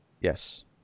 yes